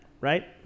right